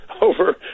over